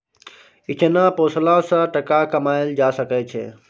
इचना पोसला सँ टका कमाएल जा सकै छै